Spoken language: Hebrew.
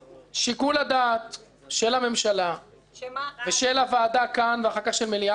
שיקול הדעת של הממשלה ושל הוועדה כאן ואחר כך של מליאת הכנסת,